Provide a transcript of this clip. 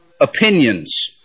opinions